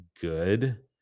good